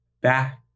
back